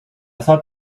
thought